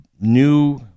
new